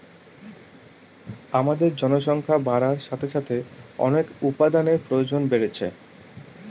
আমাদের জনসংখ্যা বাড়ার সাথে সাথে অনেক উপাদানের প্রয়োজন বাড়ছে